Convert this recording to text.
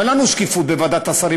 אין לנו שקיפות בוועדת השרים,